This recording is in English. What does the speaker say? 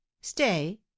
Stay